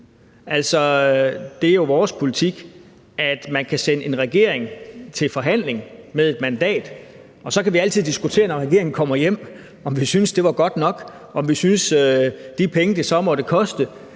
Det er jo vores politik, at man kan sende en regering til forhandling med et mandat, og så kan vi altid diskutere, når regeringen kommer hjem, om vi synes, det var godt nok, om vi synes, at de penge, det så måtte koste,